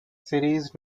series